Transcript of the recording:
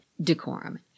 decorum